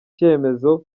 cyemezo